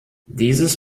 dieses